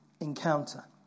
encounter